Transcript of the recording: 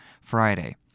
Friday